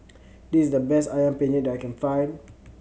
this is the best Ayam Penyet that I can find